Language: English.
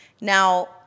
now